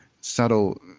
subtle